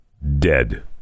dead